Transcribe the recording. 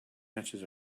matches